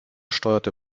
steuerte